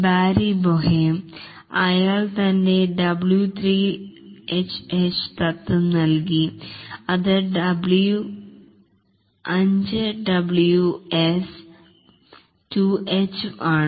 ബാരി Boehm അയാൾ തൻറെ W 3 H H തത്വം നൽകി അത് 5 Ws ഉം 2 H ഉംആണ്